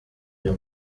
uyu